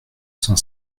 cent